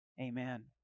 Amen